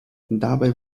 dabei